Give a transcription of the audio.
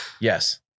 yes